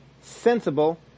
sensible